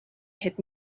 had